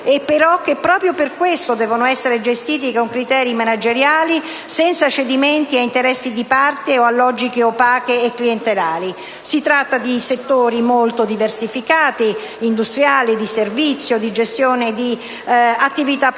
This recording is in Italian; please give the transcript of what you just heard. e che, proprio per questo, devono essere gestite con criteri manageriali, senza cedimenti a interessi di parte o a logiche opache e clientelari. Si tratta di settori molto diversificati (industriali, di servizio, di gestione di attività pubbliche)